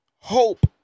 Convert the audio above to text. hope